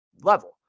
level